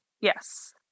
Yes